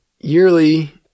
yearly